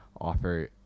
offer